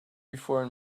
before